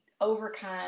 overcome